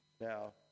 now